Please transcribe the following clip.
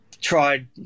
tried